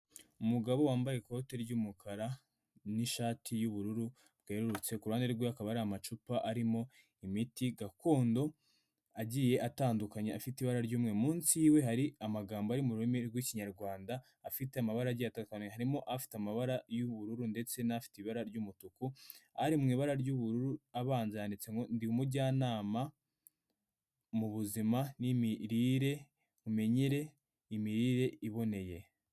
Umugabo wambaye ikoti ry'umukara n'ishati yubururu bwerurutse kuruhande rwe akaba ari amacupa arimo imiti gakondo agiye atandukanye afite ibara ry'mwe munsiwe hari amagambo ari mu rurimi rw'ikinyarwanda afite amabara atandukanye harimo afite amabara yu'ubururu ndetse n'afite ibara ry'umutuku ari mu ibara ry'ubururu abanza yanditse ngo undi mujyanama mubuzima n'imirire umenyere imirire iboneye.https://kinyarwanda-2025.web.app/assets/stop-778e9876.png